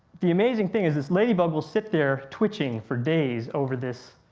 the amazing thing is this ladybug will sit there twitching for days over this,